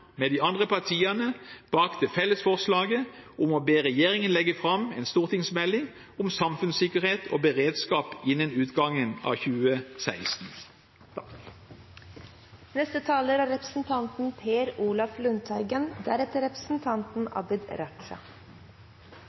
med de andre partiene bak det felles forslaget om å be regjeringen legge fram en stortingsmelding om samfunnssikkerhet og beredskap innen utgangen av 2016. Riksrevisjonens rapport omhandler en begrenset del av beredskapssituasjonen i Norge. Rapporten er